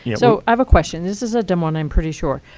yeah so i have a question. this is a dumb one, i'm pretty sure.